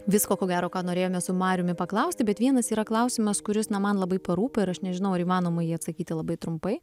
visko ko gero ką norėjome su mariumi paklausti bet vienas yra klausimas kuris na man labai parūpo ir aš nežinau ar įmanoma į jį atsakyti labai trumpai